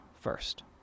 first